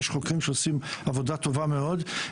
יש חוקרים שעושים עבודה טובה מאוד,